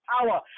power